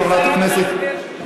חברת הכנסת?